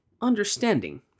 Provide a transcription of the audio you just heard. understanding